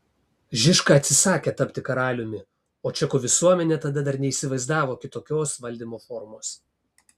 žižka atsisakė tapti karaliumi o čekų visuomenė tada dar neįsivaizdavo kitokios valdymo formos